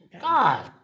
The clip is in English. God